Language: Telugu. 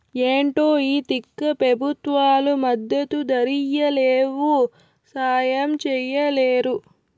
ఏంటో ఈ తిక్క పెబుత్వాలు మద్దతు ధరియ్యలేవు, సాయం చెయ్యలేరు